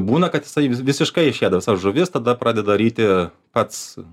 būna kad jisai visiškai išėda visas žuvis tada pradeda ryti pats